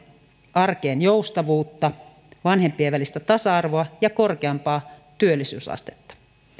arkeen joustavuutta vanhempien välistä tasa arvoa ja korkeampaa työllisyysastetta